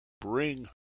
bring